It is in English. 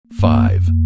Five